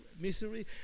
misery